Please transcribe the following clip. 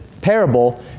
parable